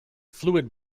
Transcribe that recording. fluid